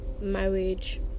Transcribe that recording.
marriage